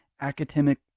academic